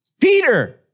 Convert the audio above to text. Peter